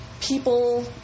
people